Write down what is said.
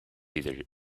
either